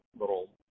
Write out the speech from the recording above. little –